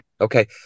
Okay